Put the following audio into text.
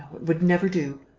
would never do.